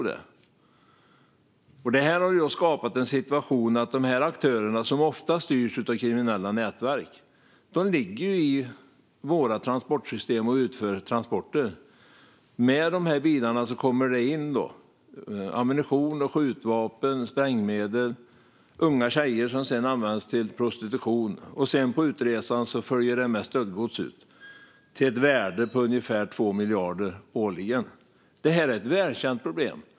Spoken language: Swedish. Det här har skapat en situation som innebär att aktörerna, som ofta styrs av kriminella nätverk, ligger i våra transportsystem och utför transporter. Med de här bilarna kommer det in ammunition, skjutvapen, sprängmedel och unga tjejer som sedan används till prostitution. På utresan följer det med stöldgods, till ett värde av ungefär 2 miljarder årligen. Det här är ett välkänt problem.